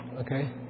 Okay